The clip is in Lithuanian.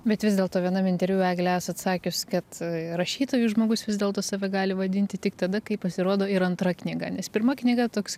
bet vis dėlto vienam interviu egle esat sakius kad rašytoju žmogus vis dėlto save gali vadinti tik tada kai pasirodo ir antra knyga nes pirma knyga toks